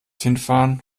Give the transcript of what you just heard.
hinfahren